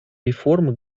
реформы